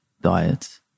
diets